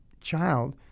child